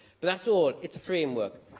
but that's all it's a framework.